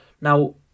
Now